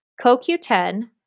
CoQ10